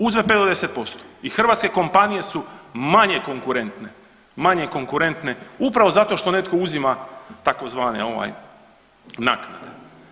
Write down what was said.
Uzme 5 do 10% i hrvatske kompanije su manje konkurentne, manje konkurentne upravo zato što netko uzima tzv. ovaj naknada.